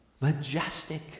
Majestic